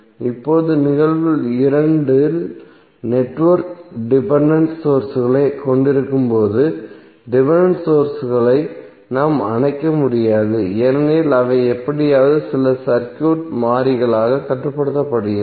இப்போது நிகழ்வு 2 இல் நெட்வொர்க் டிபென்டென்ட் சோர்ஸ்களைக் கொண்டிருக்கும்போது டிபென்டென்ட் சோர்ஸ்களை நாம் அணைக்க முடியாது ஏனெனில் அவை எப்படியாவது சில சர்க்யூட் மாறிகளால் கட்டுப்படுத்தப்படுகின்றன